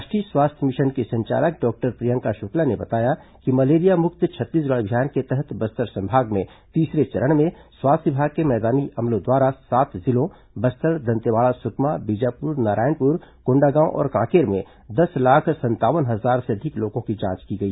राष्ट्रीय स्वास्थ्य मिशन की संचालक डॉक्टर प्रियंका शुक्ला ने बताया कि मलेरिया मुक्त छत्तीसगढ़ अभियान के तहत बस्तर संभाग में तीसरे चरण में स्वास्थ्य विभाग के मैदानी अमलों द्वारा सात जिलों बस्तर दंतेवाड़ा सुकमा बीजापुर नारायणपुर कोंडागांव और कांकेर में दस लाख संतावन हजार से अधिक लोगों की जांच की गई